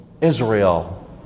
Israel